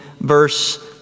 verse